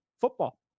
football